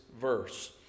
verse